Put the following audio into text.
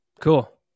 Cool